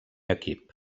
equip